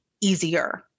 easier